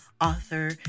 author